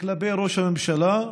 כלפי ראש הממשלה,